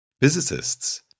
physicists